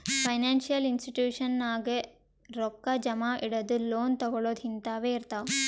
financial institution ನಾಗ್ ರೊಕ್ಕಾ ಜಮಾ ಇಡದು, ಲೋನ್ ತಗೋಳದ್ ಹಿಂತಾವೆ ಇರ್ತಾವ್